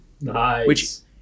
nice